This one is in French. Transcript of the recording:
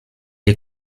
est